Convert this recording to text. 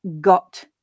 got